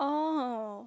oh